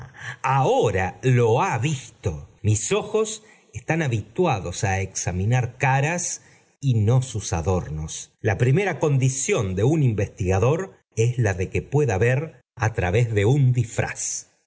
ahora lo ha visto mis ojos están habi tuados á examinar caras y no sus adornos la primera condición de un investigador es la de que pueda ver á través de un disfraz